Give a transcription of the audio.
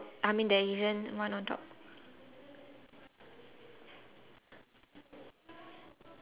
which one bottom two